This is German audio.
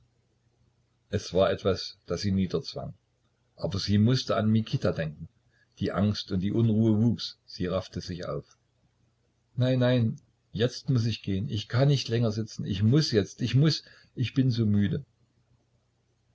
es war etwas das sie niederzwang aber sie mußte an mikita denken die angst und die unruhe wuchs sie raffte sich auf nein nein jetzt muß ich gehen ich kann nicht länger sitzen ich muß jetzt ich muß ich bin so müde